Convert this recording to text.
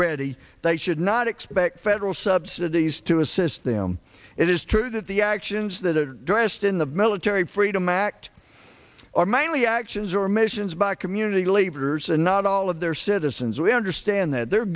ready they should not expect federal subsidies to assist them it is true that the actions that are dressed in the military freedom act are mainly actions or missions by community leaders and not all of their citizens we understand that the